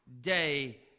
day